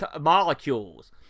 molecules